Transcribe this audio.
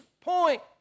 point